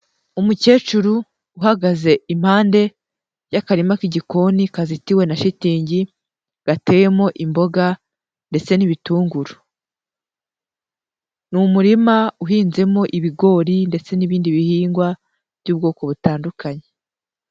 Umukecuru uhagaze impande y'akarima k'igikoni kazitiwe na shitingi, gateyemo imboga ndetse n'ibitunguru, ni umurima uhinzemo ibigori n'ibindi bihingwa by'ubwoko butandukanye.